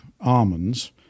almonds